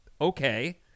Okay